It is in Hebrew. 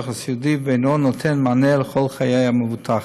הסיעודי ואינו נותן מענה לכל חיי המבוטח.